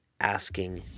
asking